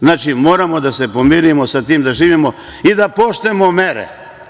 Znači, moramo da se pomirimo, sa tim da živimo i da poštujemo mere.